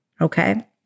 Okay